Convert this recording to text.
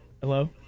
Hello